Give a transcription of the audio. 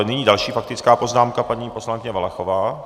Nyní další faktická poznámka paní poslankyně Valachová.